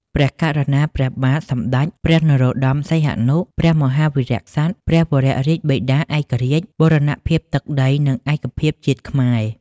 ព្រះករុណា ព្រះបាទសម្ដេចព្រះនរោត្តម សីហនុ ព្រះមហាវីរក្សត្រ ព្រះវររាជបិតាឯករាជ្យ បូរណភាពទឹកដី និងឯកភាពជាតិខ្មែរ។